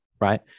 Right